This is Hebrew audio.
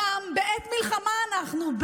בעת מלחמה אנחנו.